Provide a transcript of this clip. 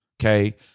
okay